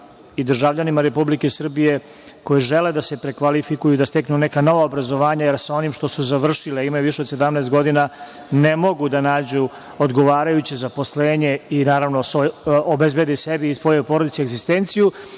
i državljanima Republike Srbije koji žele da se prekvalifikuju i steknu neka nova obrazovanja, jer sa onim što su završili, a imaju više od 17 godina, ne mogu da nađu odgovarajuće zaposlenje i, naravno, obezbede sebi i svojoj porodici egzistenciju,